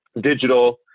digital